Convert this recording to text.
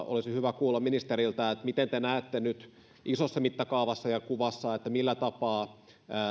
olisi hyvä kuulla ministeriltä miten te näette nyt isossa mittakaavassa ja kuvassa millä tapaa